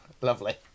Lovely